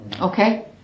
Okay